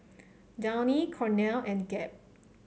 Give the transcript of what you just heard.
Downy Cornell and Gap